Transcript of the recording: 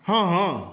हँ हँ